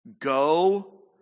go